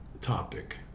topic